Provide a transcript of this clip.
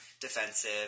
defensive